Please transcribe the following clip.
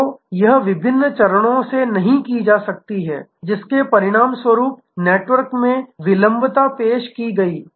तो यह विभिन्न चरणों से नहीं जा रहा है जिसके परिणामस्वरूप नेटवर्क में विलंबता पेश की गई है